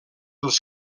els